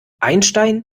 einstein